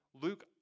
Luke